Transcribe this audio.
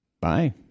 Bye